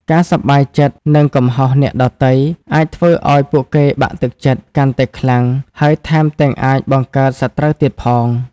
ការសប្បាយចិត្តនឹងកំហុសអ្នកដទៃ អាចធ្វើឱ្យពួកគេបាក់ទឹកចិត្តកាន់តែខ្លាំង ហើយថែមទាំងអាចបង្កើតសត្រូវទៀតផង។